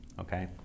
okay